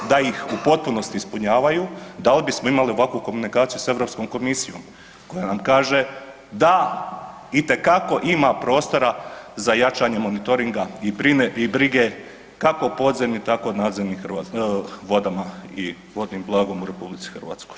Da, da, da ih u potpunosti ispunjavaju, da li bismo imali ovakvu komunikaciju s EU komisijom koja nam kaže, da, itekako ima prostora za jačanje monitoringa i brige kako podzemnih, tako nadzemnim vodama i vodnim blagom u RH.